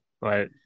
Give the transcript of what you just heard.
Right